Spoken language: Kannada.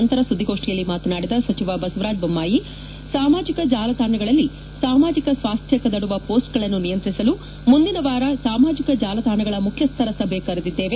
ನಂತರ ಸುದ್ದಿಗೋಷ್ಠಿಯಲ್ಲಿ ಮಾತನಾಡಿದ ಸಚಿವ ಬಸವರಾಜ ಬೊಮ್ಮಾಯಿ ಸಾಮಾಜಕ ಜಾಲತಾಣಗಳಲ್ಲಿ ಸಾಮಾಜಿಕ ಸ್ವಾಸ್ಕ್ಯ ಕದಡುವ ಪೋಸ್ಟ್ಗಳನ್ನು ನಿಯಂತ್ರಿಸಲು ಮುಂದಿನ ವಾರ ಸಾಮಾಜಿಕ ಜಾಲತಾಣಗಳ ಮುಖ್ಯಸ್ಥರ ಸಭೆ ಕರೆದಿದ್ದೇವೆ